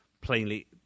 plainly